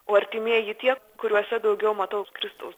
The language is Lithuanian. o artimieji tie kuriuose daugiau matau kristaus